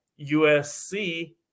USC